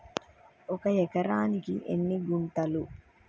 ఒక ఎకరానికి ఎన్ని గుంటలు?